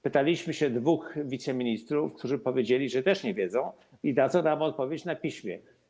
Pytaliśmy dwóch wiceministrów, którzy powiedzieli, że też nie wiedzą i dadzą nam odpowiedź na piśmie.